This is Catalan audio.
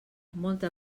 molta